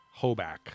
Hoback